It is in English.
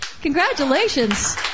Congratulations